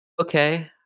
Okay